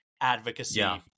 advocacy